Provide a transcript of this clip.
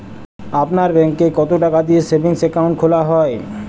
আপনার ব্যাংকে কতো টাকা দিয়ে সেভিংস অ্যাকাউন্ট খোলা হয়?